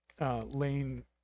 Lane